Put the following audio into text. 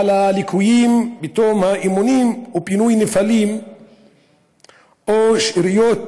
על הליקויים בתום האימונים ופינוי נפלים או שאריות